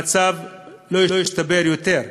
המצב לא ישתפר יותר,